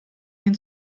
den